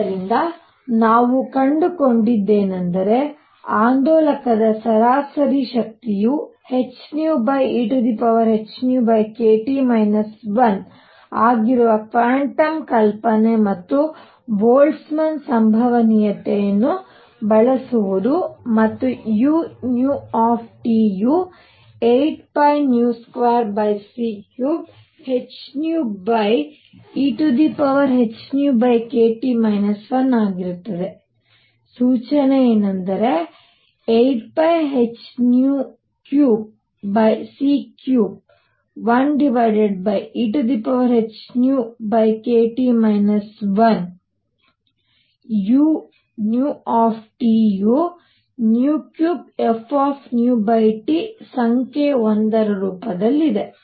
ಆದ್ದರಿಂದ ನಾವು ಕಂಡುಕೊಂಡದ್ದೇನೆಂದರೆ ಆಂದೋಲಕದ ಸರಾಸರಿ ಶಕ್ತಿಯು hν ehνkT 1 ಆಗಿರುವ ಕ್ವಾಂಟಮ್ ಕಲ್ಪನೆ ಮತ್ತು ಬೋಲ್ಟ್ಜ್ಮನ್ ಸಂಭವನೀಯತೆಯನ್ನು ಬಳಸುವುದು ಮತ್ತು u ಯು 8π2c3hν ehνkT 1 ಆಗಿರುತ್ತದೆ ಸೂಚನೆ 8πh3c31 ehνkT 1u u 3f ಸಂಖ್ಯೆ 1 ರ ರೂಪದಲ್ಲಿದೆ